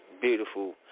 beautiful